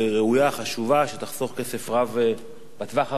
שתחסוך כסף רב בטווח הרחוק לאוצר המדינה.